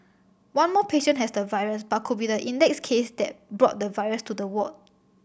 one more patient has the virus but could be the index case that brought the virus to the ward